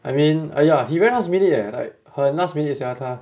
I mean !aiya! he went last minute leh like 很 last minute sia 他